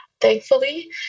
thankfully